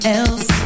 else